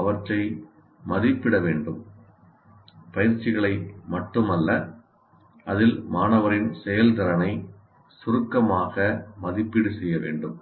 அவற்றை மதிப்பிட வேண்டும் பயிற்சிகளை மட்டும் அல்ல அதில் மாணவரின் செயல்திறனை சுருக்கமாக மதிப்பீடு செய்ய வேண்டும்